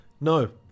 No